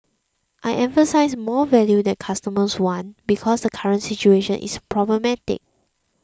I emphasised 'more value that customers want' because the current situation is problematic